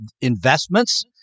investments